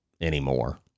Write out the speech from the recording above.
anymore